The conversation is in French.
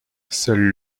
seul